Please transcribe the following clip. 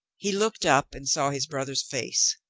he looked up and saw his brother's face.